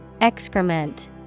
Excrement